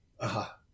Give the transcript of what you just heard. Aha